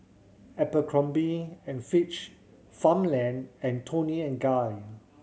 Abercrombie and Fitch Farmland and Toni and Guy